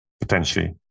potentially